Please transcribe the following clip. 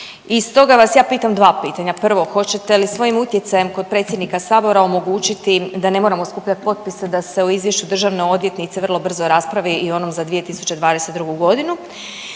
i stoga vas ja pitam dva pitanja. Prvo, hoćete li svojim utjecajem kod predsjednika Sabora omogućiti da ne moramo skupljati potpise da se o izvješću državne odvjetnice vrlo brzo raspravi i u onom za 2022. godinu.